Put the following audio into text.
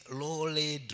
lowly